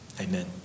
amen